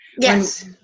yes